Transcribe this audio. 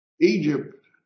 Egypt